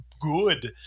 good